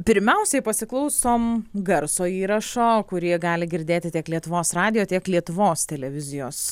pirmiausiai pasiklausom garso įrašo kurį gali girdėti tiek lietuvos radijo tiek lietuvos televizijos